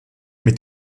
mit